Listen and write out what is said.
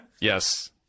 Yes